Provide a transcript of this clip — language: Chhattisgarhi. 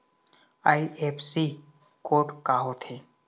आई.एफ.एस.सी कोड का होथे?